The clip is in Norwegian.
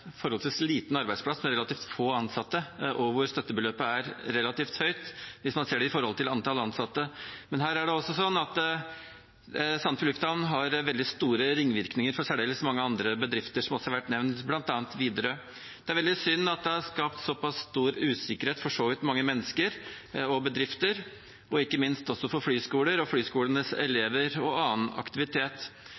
liten arbeidsplass med relativt få ansatte, og der støttebeløpet er relativt høyt hvis man ser det i forhold til antall ansatte. Det er også slik at Sandefjord lufthavn har veldig store ringvirkninger for særdeles mange andre bedrifter, som også nevnt, bl.a. Widerøe. Det er veldig synd at det er skapt såpass stor usikkerhet for så vidt mange mennesker og bedrifter, og ikke minst for flyskoler og flyskolenes